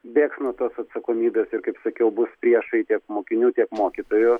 bėgs nuo tos atsakomybės ir kaip sakiau bus priešai tiek mokinių tiek mokytojų